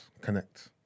connect